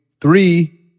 three